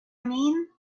mean